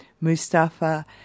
Mustafa